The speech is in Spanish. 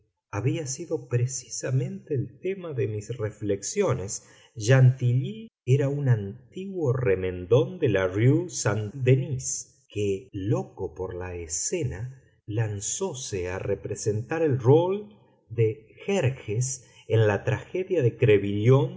había sido precisamente el tema de mis reflexiones chantilly era un antiguo remendón de la rue saint-denis que loco por la escena lanzóse a representar el rle de jerjes en la tragedia de